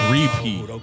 Repeat